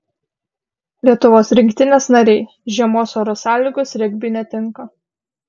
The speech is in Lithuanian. lietuvos rinktinės nariai žiemos oro sąlygos regbiui netinka